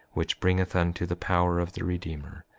which bringeth unto the power of the redeemer,